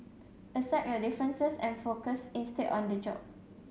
accept your differences and focus instead on the job